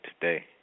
today